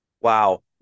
Wow